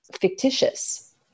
fictitious